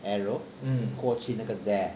arrow 过去那个